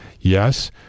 yes